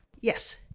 Yes